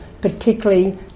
particularly